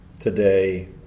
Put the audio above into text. today